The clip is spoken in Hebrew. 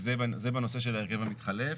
זה בנושא של ההרכב המתחלף.